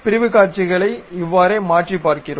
பிரிவுக் காட்சிகளை இவ்வாறே மாற்றி பார்க்கிறோம்